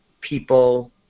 people